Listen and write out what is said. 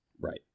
Right